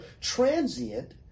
transient